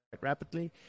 rapidly